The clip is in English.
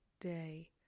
day